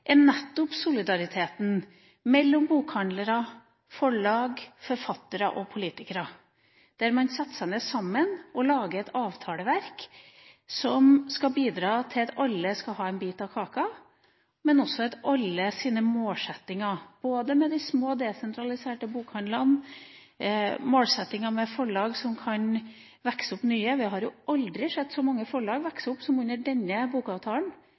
har nettopp vært solidariteten mellom bokhandlere, forlag, forfattere og politikere, der man setter seg ned sammen og lager et avtaleverk som skal bidra til at alle skal få en bit av kaka, men også alles målsettinger om å ha de små desentraliserte bokhandlene, og at nye forlag kan vokse opp. Vi har aldri sett så mange forlag vokse opp som under denne bokavtalen,